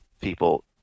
people